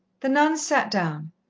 the nun sat down,